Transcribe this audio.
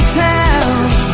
towns